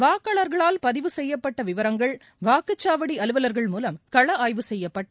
வாக்காளர்களால் பதிவு செய்யப்பட்ட விவரங்கள் வாக்குச்சாவடி அலுவல்கள் மூலம் கள ஆய்வு செய்யப்பட்டு